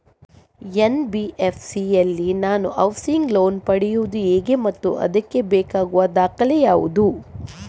NBFC ಯಲ್ಲಿ ನಾನು housing loan ಪಡೆಯುದು ಹೇಗೆ ಮತ್ತು ಅದಕ್ಕೆ ಬೇಕಾಗುವ ದಾಖಲೆ ಯಾವುದು?